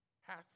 hath